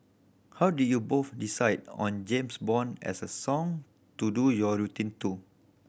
how did you both decide on James Bond as a song to do your routine to